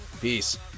Peace